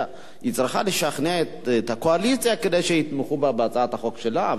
צריכה לשכנע את הקואליציה כדי שיתמכו בה בהצעת החוק שלה.